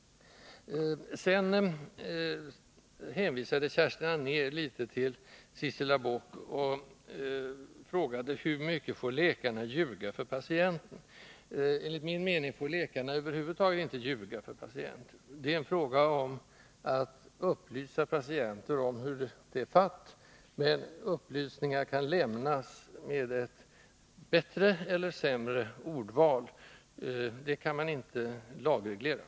Kerstin Anér hänvisade till Sissela Bok och frågade hur mycket läkarna får ljuga för patienten. Enligt min mening får läkarna över huvud taget inte ljuga för patienten. Det är en fråga om att upplysa patienter om hur det är fatt, men upplysningarna kan naturligtvis lämnas med ett bättre eller ett sämre ordval. Sådant kan emellertid inte lagregleras.